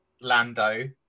Lando